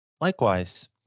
Likewise